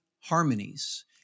harmonies